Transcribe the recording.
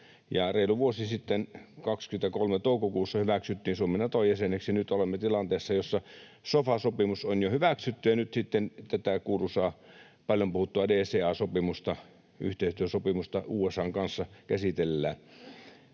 Reilu vuosi sitten vuoden 23 toukokuussa Suomi hyväksyttiin Nato-jäseneksi, ja nyt olemme tilanteessa, jossa sofa-sopimus on jo hyväksytty ja nyt sitten tätä kuuluisaa, paljon puhuttua DCA-sopimusta, yhteistyösopimusta USA:n kanssa, käsitellään.